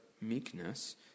meekness